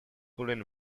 pulling